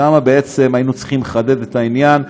שם בעצם היינו צריכים לחדד את העניין,